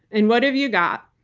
and what have you got?